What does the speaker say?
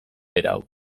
berau